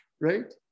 right